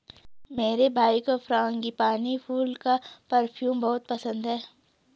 मेरे भाई को फ्रांगीपानी फूल का परफ्यूम बहुत पसंद है